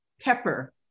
pepper